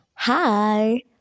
Hi